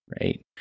Right